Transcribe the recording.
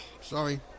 sorry